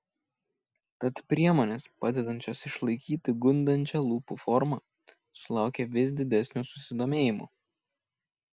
tad priemonės padedančios išlaikyti gundančią lūpų formą sulaukia vis didesnio susidomėjimo